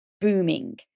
booming